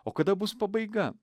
o kada bus pabaiga